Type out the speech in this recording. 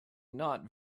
not